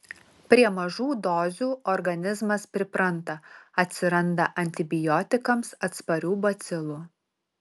prie mažų dozių organizmas pripranta atsiranda antibiotikams atsparių bacilų